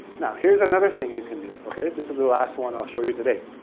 now, here's another thing you can do, okay, this is the last one i'll show you today.